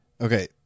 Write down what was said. Okay